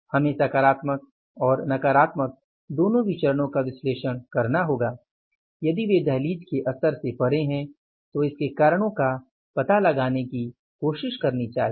हमें सकारात्मक और नकारात्मक दोनों विचरणों का विश्लेषण करना होगा यदि वे दहलीज़ के स्तर से परे हैं तो इसके कारणों का पता लगाने की कोशिश करनी चाहिए